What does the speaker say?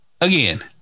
again